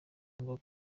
ngo